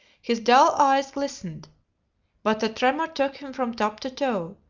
his dull eyes glistened but a tremor took him from top to toe,